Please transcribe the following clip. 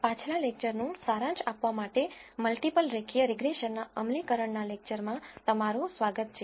પાછલા લેકચરનું સારાંશ આપવા માટે મલ્ટિપલ રેખીય રીગ્રેસનના અમલીકરણના લેકચરમાં તમારું સ્વાગત છે